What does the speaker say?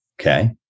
Okay